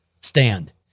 stand